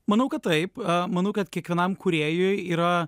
manau kad taip manau kad kiekvienam kūrėjui yra